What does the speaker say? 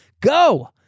go